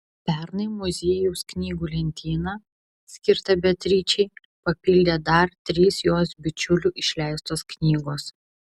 pernai muziejaus knygų lentyną skirtą beatričei papildė dar trys jos bičiulių išleistos knygos